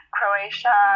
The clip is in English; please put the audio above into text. Croatia